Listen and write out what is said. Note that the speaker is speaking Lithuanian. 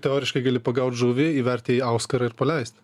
teoriškai gali pagaut žuvį įverti jai auskarą ir paleist